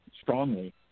strongly